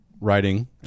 writing